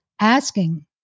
Asking